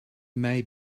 may